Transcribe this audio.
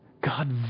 God